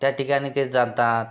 त्या ठिकाणी ते जातात